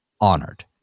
honored